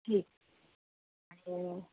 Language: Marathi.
ठीक आणि